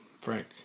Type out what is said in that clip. Frank